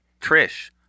Trish